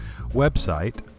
website